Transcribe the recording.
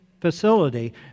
facility